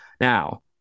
Now